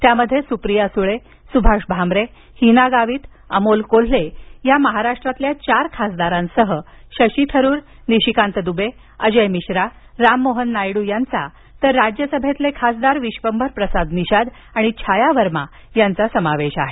त्यामध्ये सुप्रिया सुळे सुभाष भामरे हीना गावित अमोल कोल्हे या महाराष्ट्रातील चार खासदारांसह शशी थरूर निशिकांत दुबे अजय मिश्रा राम मोहन नायडू यांचा तर राज्यसभेतील विश्वंभर प्रसाद निषाद आणि छाया वर्मा यांचा समावेश आहे